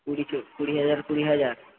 কুড়ি কুড়ি হাজার কুড়ি হাজার